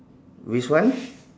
which one